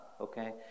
Okay